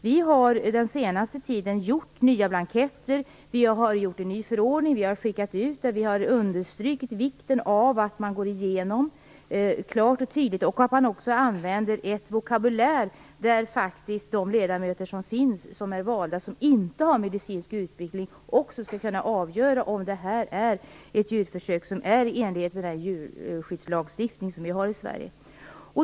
Vi har den senaste tiden gjort nya blanketter och utformat en ny förordning som vi skickat ut. Vi har där understrukit vikten av att man går igenom det hela klart och tydligt och också använder en vokabulär så att även de ledamöter som inte har medicinsk utbildning skall kunna avgöra om det är ett djurförsök som är i enlighet med den djurskyddslagstiftning som vi har i Sverige.